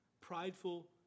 prideful